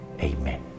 Amen